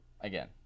again